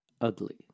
Ugly